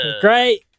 Great